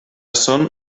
són